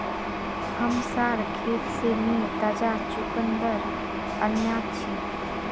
हमसार खेत से मी ताजा चुकंदर अन्याछि